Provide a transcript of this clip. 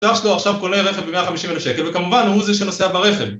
שאח שלו עכשיו קונה רכב ב-150,000 שקל וכמובן הוא זה שנוסע ברכב